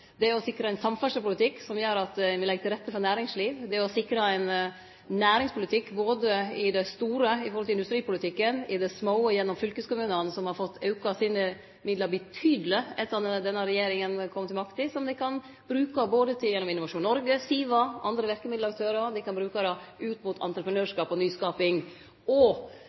ein samferdslepolitikk som legg til rette for næringsliv, sikre ein næringspolitikk, både i det store – i forhold til industripolitikken – og i det små – gjennom fylkeskommunane. Dei har fått auka midlane sine betydeleg etter at denne regjeringa kom til makta, midlar dei kan bruke gjennom Innovasjon Norge, SIVA og andre verkemiddelaktørar. Dei kan bruke dei ut mot entreprenørskap og nyskaping. Og: